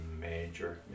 major